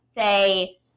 say